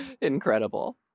incredible